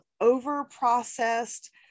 over-processed